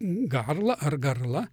garla ar garla